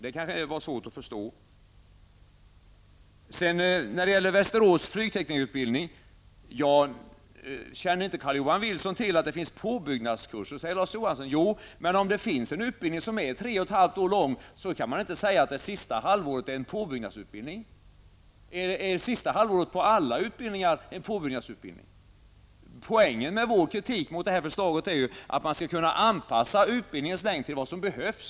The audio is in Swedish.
Detta var kanske svårt att förstå. När det gäller Västerås flygteknikerutbildning frågade Larz Johansson: Känner Carl-Johan Wilson inte till att det finns påbyggnadskurser? Men om det är en utbildning som är 3,5 år lång kan man inte säga att det sista halvåret är en påbyggnadsutbildning. Är sista halvåret på alla utbildningar en påbyggnadsutbildning? Poängen med vår kritik mot detta förslag är att man skall kunna anpassa utbildningens längd till vad som behövs.